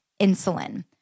insulin